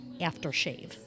aftershave